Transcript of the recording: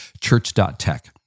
church.tech